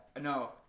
no